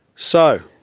so,